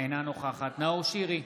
אינה נוכחת נאור שירי,